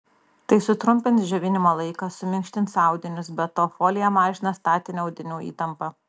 tai sutrumpins džiovinimo laiką suminkštins audinius be to folija mažina statinę audinių įtampą